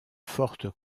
forte